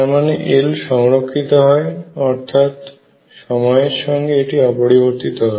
তার মানে L সংরক্ষিত হয় অর্থাৎ সময়ের সঙ্গে এটি অপরিবর্তিত হয়